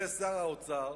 ושר האוצר